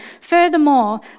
Furthermore